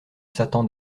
satan